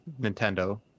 nintendo